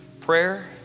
Prayer